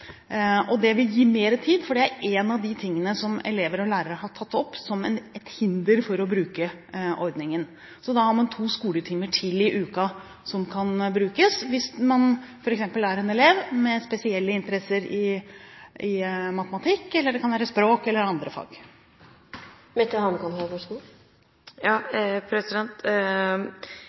Det vil gi mer tid – for det er én av de tingene som elever og lærere har tatt opp som et hinder for å bruke ordningen. Så da har man to skoletimer til i uka som kan brukes, hvis man er en elev med spesielle interesser i f.eks. matematikk, eller det kan være språk eller andre fag.